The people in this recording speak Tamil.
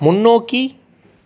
முன்னோக்கி